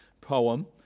poem